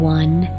one